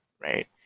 right